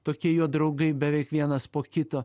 tokie jo draugai beveik vienas po kito